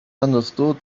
understood